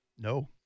No